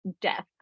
death